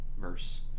verse